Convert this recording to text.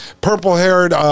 purple-haired